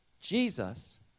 Jesus